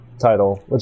title